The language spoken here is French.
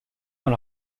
dans